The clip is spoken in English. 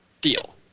deal